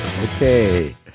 okay